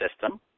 system